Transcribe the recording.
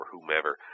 whomever